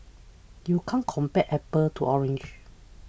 you can't compare apples to oranges